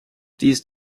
these